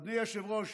אדוני היושב-ראש,